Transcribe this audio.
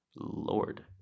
Lord